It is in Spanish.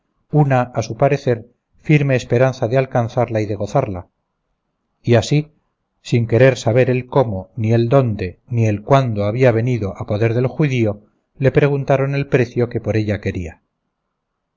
una a su parecer firme esperanza de alcanzarla y de gozarla y así sin querer saber el cómo ni el dónde ni el cuándo había venido a poder del judío le preguntaron el precio que por ella quería